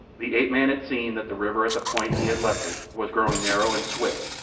the ape-man had seen that the river at the point he had left it was growing narrow and swift,